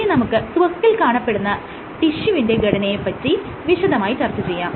ഇനി നമുക്ക് ത്വക്കിൽ കാണപ്പെടുന്ന ടിഷ്യുവിന്റെ ഘടനയെ പറ്റി വിശദമായി ചർച്ച ചെയ്യാം